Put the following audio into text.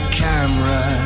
camera